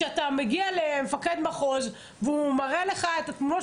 כשאתה מגיע למפקד המחוז והוא מראה לך תמונות